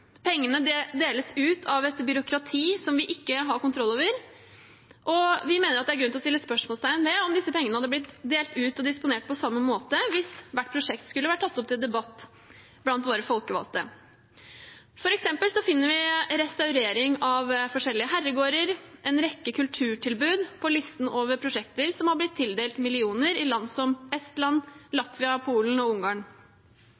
deles ut av et byråkrati vi ikke har kontroll over, og vi mener det er grunn til å stille spørsmål ved om disse pengene ville blitt delt ut og disponert på samme måte hvis hvert prosjekt skulle vært tatt opp til debatt blant våre folkevalgte. For eksempel finner vi restaurering av forskjellige herregårder og en rekke kulturtilbud på listen over prosjekter som er tildelt millioner, i land som Estland,